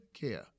care